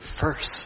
first